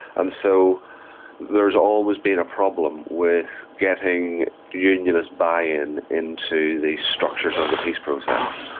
and so there's always been a problem with getting unionist buy-in into the structures of the peace process,